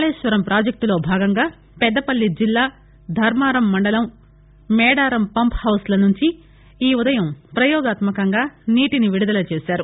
కాళేశ్వరం పాజెక్టులో భాగంగా పెద్దపల్లి జిల్లా ధర్మారం మండలం మేడారం పంప్హౌస్ల నుండి ఈ ఉదయం ప్రయోగాత్మకంగా నీటిని విడుదల చేశారు